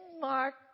Mark